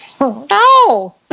No